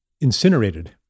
incinerated